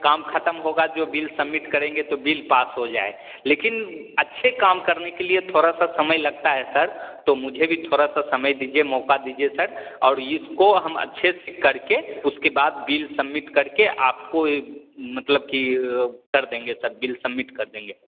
काम ख़त्म होगा जो बिल सबमिट करेंगे तो बिल पास हो जाये लेकिन अच्छे काम करने के लिये थोड़ा सा समय लगता है सर तो मुझे भी थोड़ा सा समय दीजिये मौका दीजिये सर और इसको हम अच्छे से करके उसके बाद बिल सबमिट करके आपको ये मतलब कि कर देंगे सर बिल सबमिट कर देंगे